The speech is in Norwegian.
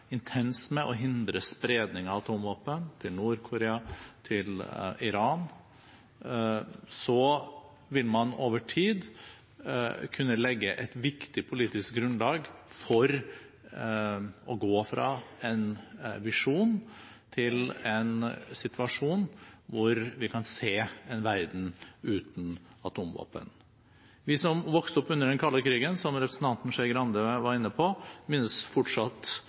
intenst med å hindre spredning av atomvåpen – til Nord-Korea, til Iran – vil man over tid kunne legge et viktig politisk grunnlag for å gå fra en visjon til en situasjon hvor vi kan se en verden uten atomvåpen. Vi som vokste opp under den kalde krigen, som representanten Skei Grande var inne på, minnes fortsatt